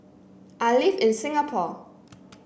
I live in Singapore